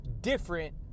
different